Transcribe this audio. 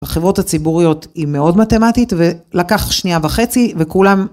החברות הציבוריות היא מאוד מתמטית ולקח שנייה וחצי וכולם